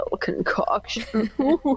concoction